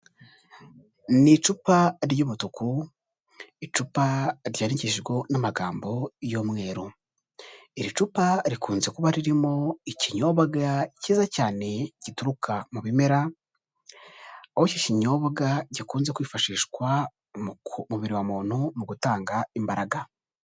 Ni icupa ry'umutuku, icupa ryandikishijweho n'amagambo y'umweru, iri cupa rikunze kuba ririmo ikinyobwa cyiza cyane gituruka mu bimera, aho kinyobwa gikunze kwifashishwa mu mubiri wa muntu mu gutanga imbaraga.